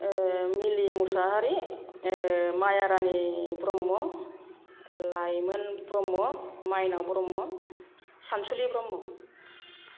मिलि मुसाहारि माया रानि ब्रह्म लाइमोन ब्रह्म मायनाव ब्रह्म सानसुलि ब्रह्म